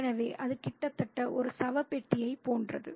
எனவே அது கிட்டத்தட்ட ஒரு சவப்பெட்டியைப் போன்றது